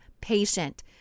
patient